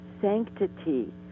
sanctity